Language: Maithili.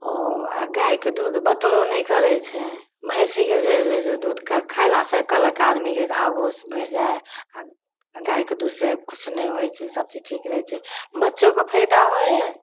ओ आओर गाइके दूध बतरो नहि करै छै भैँसीके जे जे जे दूध खएला से कहलक आदमीके घाव घोसि भरि जाइ आओर गाइके दूध से किछु नहि होइ छै सबचीज ठीक रहै छै बच्चोके फैदा होइ हइ